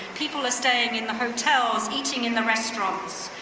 people are staying in the hotels, eating in the restaurants.